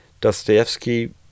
Dostoevsky